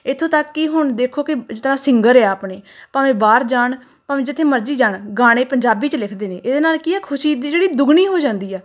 ਇੱਥੋਂ ਤੱਕ ਕੀ ਹੁਣ ਦੇਖੋ ਕਿ ਜਿਸ ਤਰ੍ਹਾਂ ਸਿੰਗਰ ਆ ਆਪਣੇ ਭਾਵੇਂ ਬਾਹਰ ਜਾਣ ਭਾਵੇਂ ਜਿੱਥੇ ਮਰਜ਼ੀ ਜਾਣ ਗਾਣੇ ਪੰਜਾਬੀ 'ਚ ਲਿਖਦੇ ਨੇ ਇਹਦੇ ਨਾਲ ਕੀ ਹੈ ਖੁਸ਼ੀ ਦੀ ਜਿਹੜੀ ਦੁਗਣੀ ਹੋ ਜਾਂਦੀ ਆ